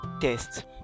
test